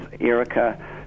Erica